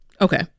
Okay